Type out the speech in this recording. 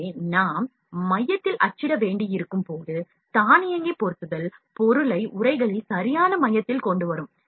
எனவே நாம் மையதில் அச்சிட வேண்டியிருக்கும் போது தானியங்கி பொருத்துதல் பொருளை உறைகளில் சரியான மையத்தில் கொண்டு வரும்